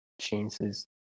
chances